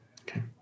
Okay